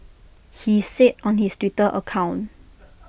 he said on his Twitter account